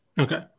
Okay